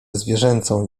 zwierzęcą